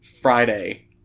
Friday